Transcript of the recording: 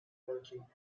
working